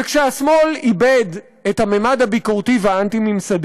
וכשהשמאל איבד את הממד הביקורתי והאנטי-ממסדי